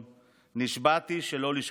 לא תנסה להבין את הגיהינום, לא תסלח.